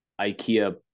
IKEA